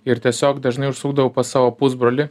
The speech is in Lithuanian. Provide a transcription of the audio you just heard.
ir tiesiog dažnai užsukdavau pas savo pusbrolį